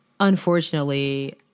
Unfortunately